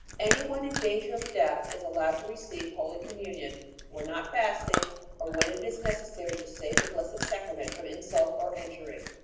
any one in danger of death is allowed to receive holy communion when not fasting or when it is necessary to save the blessed sacrament from insult or injury.